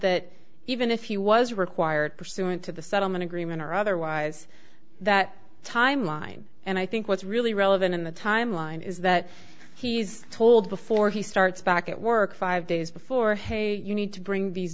that even if he was required pursuant to the settlement agreement or otherwise that timeline and i think what's really relevant in the timeline is that he's told before he starts back at work five days before hey you need to bring these